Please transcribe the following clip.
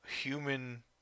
human